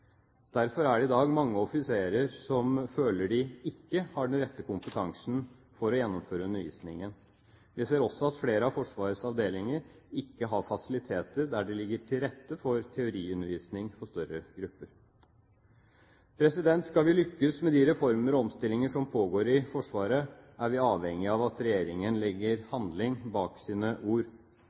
Derfor er det i dag mange offiserer som føler de ikke har den rette kompetansen for å gjennomføre undervisningen. Vi ser også at flere av Forsvarets avdelinger ikke har fasiliteter der det ligger til rette for teoriundervisning for større grupper. Skal vi lykkes med de reformer og omstillinger som pågår i Forsvaret, er vi avhengige av at regjeringen legger handling bak sine ord.